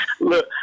Look